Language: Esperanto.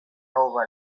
nova